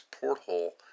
Porthole